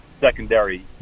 secondary